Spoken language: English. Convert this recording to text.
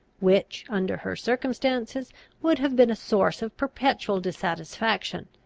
which under her circumstances would have been a source of perpetual dissatisfaction,